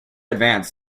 advance